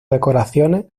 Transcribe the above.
decoraciones